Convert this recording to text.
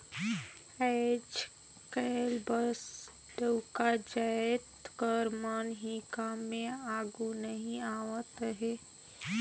आएज काएल बस डउका जाएत कर मन ही काम में आघु नी आवत अहें